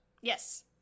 Yes